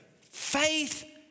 Faith